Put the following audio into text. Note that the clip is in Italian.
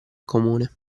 comune